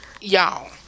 y'all